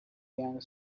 younger